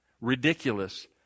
ridiculous